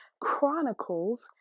Chronicles